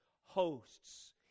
hosts